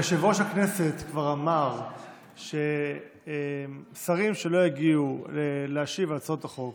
יושב-ראש הכנסת כבר אמר ששרים שלא יגיעו להשיב על הצעות החוק,